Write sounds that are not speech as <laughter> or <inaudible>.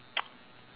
<noise>